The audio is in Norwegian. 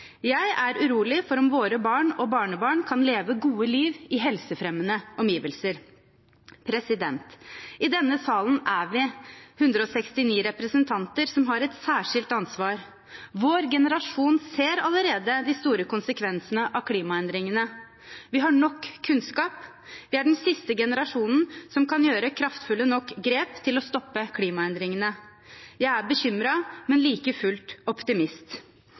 Jeg er urolig for om våre barn og barnebarn kan leve et godt liv i helsefremmende omgivelser. I denne salen er vi 169 representanter, som har et særskilt ansvar. Vår generasjon ser allerede de store konsekvensene av klimaendringene. Vi har nok kunnskap. Vi er den siste generasjonen som kan gjøre kraftfulle nok grep til å stoppe klimaendringene. Jeg er bekymret, men like fullt optimist.